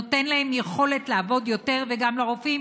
נותן להן יכולת לעבוד יותר, וגם לרופאים.